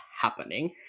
happening